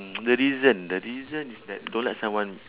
the reason the reason is that you don't like someone